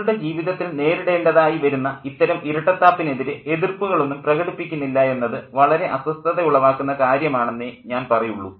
അവരുടെ ജീവിതത്തിൽ നേരിടേണ്ടതായി വരുന്ന ഇത്തരം ഇരട്ടത്താപ്പിനെതിരെ എതിർപ്പുകളൊന്നും പ്രകടിപ്പിക്കുന്നില്ല എന്നത് വളരെ അസ്വസ്ഥത ഉളവാക്കുന്ന കാര്യമാണെന്നേ ഞാൻ പറയുള്ളൂ